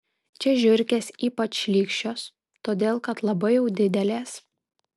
čia žiurkės ypač šlykščios todėl kad labai jau didelės